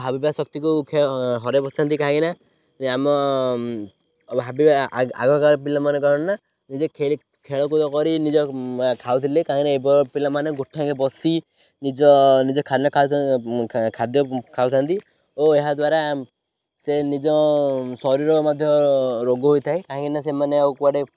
ଭାବିବା ଶକ୍ତିକୁ ହରାଇ ବସନ୍ତି କାହିଁକିନା ଆମ ଆଗକାଳ ପିଲାମାନେ କ'ଣ ନା ନିଜେ ଖେଳକୁଦ କରି ନିଜ ଖାଉଥିଲେ କାହିଁକିନା ଏ ପିଲାମାନେ ବସି ନିଜ ନିଜ ଖାଦ୍ୟ ଖାଉଥାନ୍ତି ଓ ଏହାଦ୍ୱାରା ସେ ନିଜ ଶରୀର ମଧ୍ୟ ରୋଗ ହୋଇଥାଏ କାହିଁକିନା ସେମାନେ ଆଉ କୁଆଡ଼େ